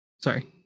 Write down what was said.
Sorry